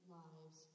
lives